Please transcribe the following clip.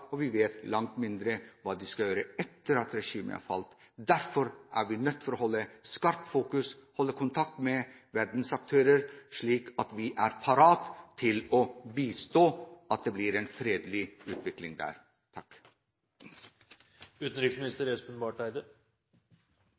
langt mindre hva de skal gjøre etter at regimet er falt. Derfor er vi nødt til å holde skarp fokus og holde kontakt med verdens aktører, slik at vi er parat til å bistå slik at det blir en fredelig utvikling der.